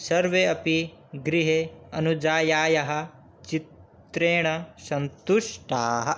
सर्वे अपि गृहे अनुजायाः चित्रेण सन्तुष्टाः